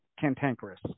cantankerous